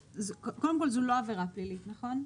קודם כל, זאת לא עבירה פלילית, נכון?